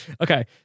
Okay